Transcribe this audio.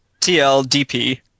TLDP